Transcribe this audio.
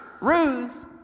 Ruth